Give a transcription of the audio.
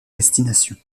destination